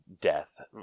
death